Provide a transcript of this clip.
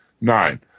Nine